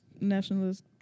nationalist